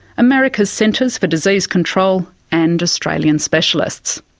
america's centers for disease control, and australian specialists.